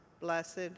Blessed